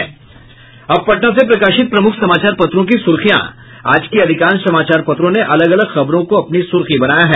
अब पटना से प्रकाशित प्रमुख समाचार पत्रों की सुर्खियां आज के अधिकांश समाचार पत्रों ने अलग अलग खबरों को अपनी सुर्खी बनाया है